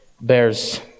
bears